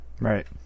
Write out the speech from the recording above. Right